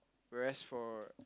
whereas for